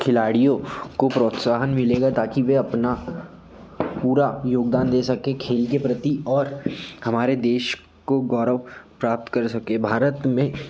खिलाड़यों को प्राेत्साहन मिलेगा ताकि वे अपना पूरा योगदान दे सकें खेल के प्रति और हमारे देश को गौरव प्राप्त कर सके भारत में